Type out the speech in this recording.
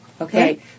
Okay